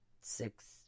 six